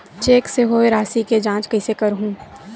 Cheque से होए राशि के जांच कइसे करहु?